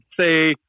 say